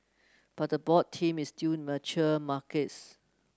but the board theme is still mature markets